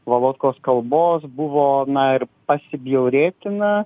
valodkos kalbos buvo na ir pasibjaurėtina